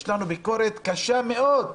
יש לנו ביקורת קשה מאוד,